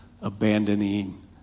abandoning